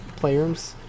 playrooms